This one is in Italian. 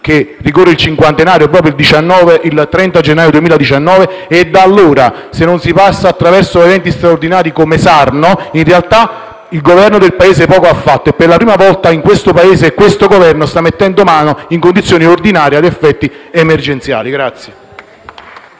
cui ricorre il cinquantenario proprio il 30 gennaio 2019, e da allora, se non si passa attraverso eventi straordinari come Sarno, in realtà il Governo del Paese poco ha fatto e per la prima volta in questo Paese il Governo sta mettendo mano, in condizioni ordinarie, ad effetti emergenziali.